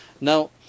Now